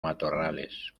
matorrales